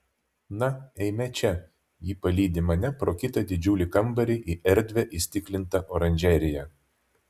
na eime čia ji palydi mane pro kitą didžiulį kambarį į erdvią įstiklintą oranžeriją